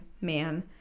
man